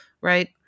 right